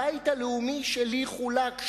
הבית הלאומי שלי חולק,